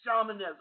shamanism